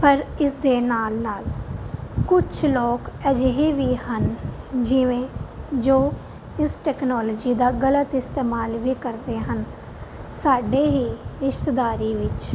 ਪਰ ਇਸ ਦੇ ਨਾਲ ਨਾਲ ਕੁਛ ਲੋਕ ਅਜਿਹੇ ਵੀ ਹਨ ਜਿਵੇਂ ਜੋ ਇਸ ਟੈਕਨੋਲੋਜੀ ਦਾ ਗਲਤ ਇਸਤੇਮਾਲ ਵੀ ਕਰਦੇ ਹਨ ਸਾਡੀ ਹੀ ਰਿਸ਼ਤੇਦਾਰੀ ਵਿੱਚ